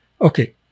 Okay